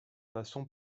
passion